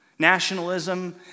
nationalism